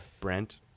Brent